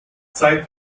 zeigt